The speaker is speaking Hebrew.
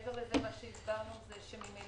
מעבר לזה מה שהסברנו זה שממילא